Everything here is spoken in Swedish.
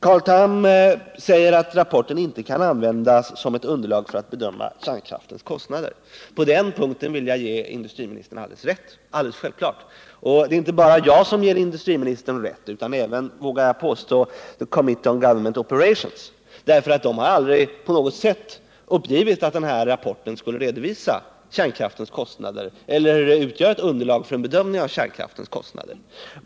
Carl Tham säger att rapporten inte kan användas som ett underlag för att bedöma kärnkraftens kostnader. På den punkten vill jag ge energiministern rätt — det är alldeles självklart. Det är inte bara jag som ger energiministern rätt utan även — vågar jag påstå — Committee on Government Operations. Den har aldrig på något sätt uppgivit att rapporten skulle redovisa kärnkraftens kostnader eller utgöra ett underlag för bedömningen av dessa.